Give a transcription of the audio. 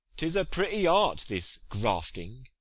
tis a pretty art, this grafting.